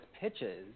pitches